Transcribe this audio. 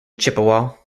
chippewa